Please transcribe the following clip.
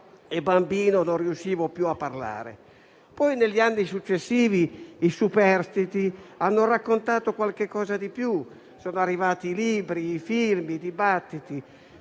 e, bambino, non riuscivo più a parlare. Negli anni successivi i superstiti hanno raccontato qualche cosa di più: sono arrivati libri, *film* e dibattiti